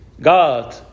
God